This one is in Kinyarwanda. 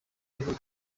ihuriro